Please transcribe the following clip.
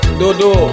dodo